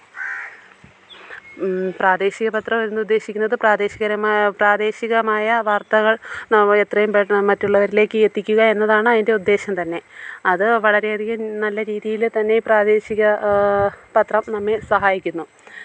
പ്രാദേശിക പത്രം എന്നുദ്ദേശിക്കുന്നത് പ്രാദേശികരമായ പ്രാദേശികമായ വാര്ത്തകള് നവ എത്രയും പെട്ടെന്ന് മറ്റുള്ളവരിലേക്ക് എത്തിക്കുക എന്നതാണ് അതിന്റെ ഉദ്ദേശം തന്നെ അത് വളരെയധികം നല്ല രീതിയിൽ തന്നെ പ്രാദേശിക പത്രം നമ്മെ സഹായിക്കുന്നു